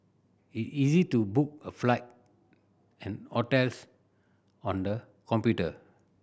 it is easy to book a flight and hotels on the computer